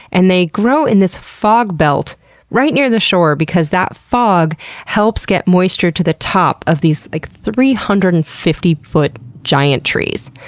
and they grow in this fog belt right near the shore because that fog helps get moisture to the top of these like three hundred and fifty foot giant trees.